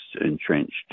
entrenched